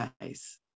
nice